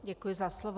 Děkuji za slovo.